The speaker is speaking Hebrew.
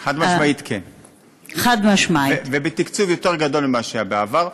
חד-משמעית, כן, ובתקצוב גדול יותר מזה שהיה בעבר.